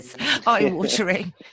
eye-watering